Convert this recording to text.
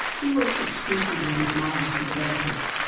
he works exclusively with miners and developers.